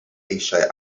eisiau